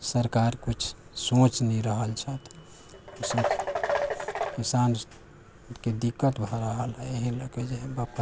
सरकार कुछ सोच नहि रहल छथि किसान किसानके दिक्कत भऽ रहल है एहि लऽकऽ जे है